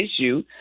issue